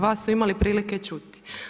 Vas su imali prilike čuti.